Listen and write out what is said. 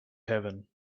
heaven